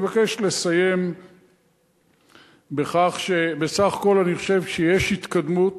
אני מבקש לסיים בכך שבסך הכול אני חושב שיש התקדמות,